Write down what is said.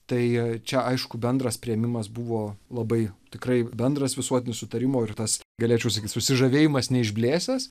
tai čia aišku bendras priėmimas buvo labai tikrai bendras visuotinio sutarimo ir tas galėčiau sakyti susižavėjimas neišblėsęs